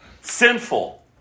sinful